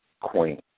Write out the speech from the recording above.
queen